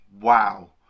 wow